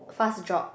fast job